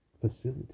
facility